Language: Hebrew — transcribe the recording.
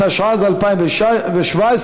התשע"ז 2017,